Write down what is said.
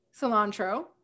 cilantro